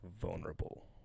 vulnerable